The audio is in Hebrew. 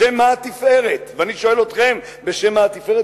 בשם מה התפארת?" ואני שואל אתכם, בשם מה התפארת?